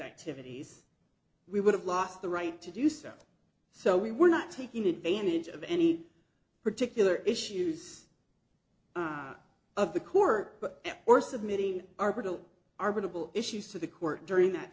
activities we would have lost the right to do so so we were not taking advantage of any particular issues of the court or submitting our battle arbuckle issues to the court during that